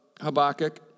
Habakkuk